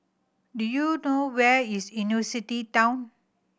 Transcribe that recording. do you know where is University Town